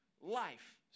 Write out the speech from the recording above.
life